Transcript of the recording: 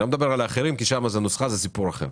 אני לא מדבר על האחרים כי שם יש נוסחה וזה סיפור אחר.